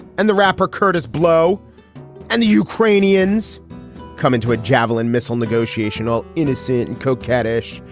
and the rapper kurtis blow and the ukrainians come into a javelin missile negotiation, all innocent and coquettish.